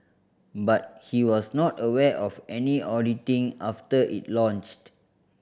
but he was not aware of any auditing after it launched